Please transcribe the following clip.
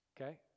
Okay